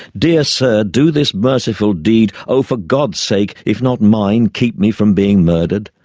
dear sir, do this merciful deed. oh for god's sake, if not mine, keep me from being murdered.